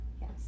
Yes